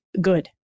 good